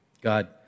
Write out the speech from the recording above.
God